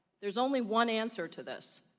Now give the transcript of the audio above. there's only one answer to this.